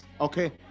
Okay